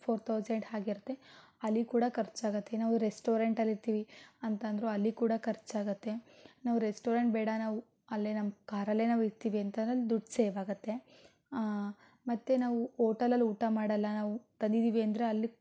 four thousand ಹಾಗಿರತ್ತೆ ಅಲ್ಲಿ ಕೂಡ ಖರ್ಚಾಗತ್ತೆ ನಾವು ರೆಸ್ಟೋರೆಂಟಲ್ಲಿರ್ತೀವಿ ಅಂತಂದರೂ ಅಲ್ಲಿ ಕೂಡ ಖರ್ಚಾಗತ್ತೆ ನಾವು ರೆಸ್ಟೋರೆಂಟ್ ಬೇಡ ನಾವು ಅಲ್ಲೇ ನಮ್ಮ ಕಾರಲ್ಲೇ ನಾವಿರ್ತೀವಿ ಅಂತಂದರೆ ದುಡ್ಡು ಸೇವಾಗತ್ತೆ ಮತ್ತೆ ನಾವು ಹೋಟೆಲಲ್ಲಿ ಊಟ ಮಾಡಲ್ಲ ನಾವು ತಂದಿದ್ದೀವಿ ಅಂದರೆ ಅಲ್ಲಿ